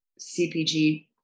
CPG